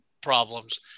problems